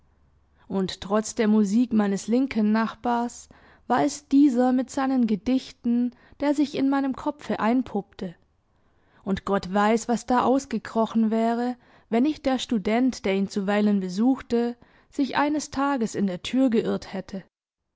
und trotz der musik meines linken nachbars war es dieser mit seinen gedichten der sich in meinem kopfe einpuppte und gott weiß was da ausgekrochen wäre wenn nicht der student der ihn zuweilen besuchte sich eines tages in der tür geirrt hätte